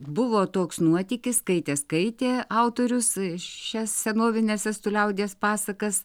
buvo toks nuotykis skaitė skaitė autorius šias senovines estų liaudies pasakas